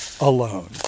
alone